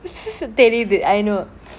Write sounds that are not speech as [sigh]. [laughs] தெரியுது :teriyuthu I know